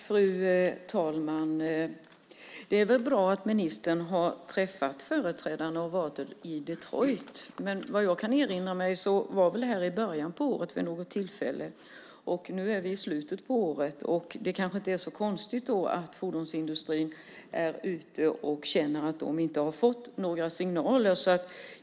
Fru talman! Det är väl bra att ministern varit i Detroit och träffat företrädare för branschen, men vad jag kan erinra mig skedde det någon gång i början av året. Nu är vi i slutet av året, och då kanske det inte är så konstigt att fordonsindustrin känner att den inte fått några signaler.